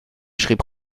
schrieb